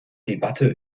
debatte